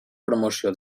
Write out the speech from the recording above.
promoció